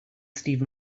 steven